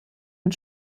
mit